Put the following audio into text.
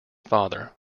father